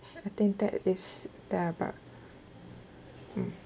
I think that is that about mm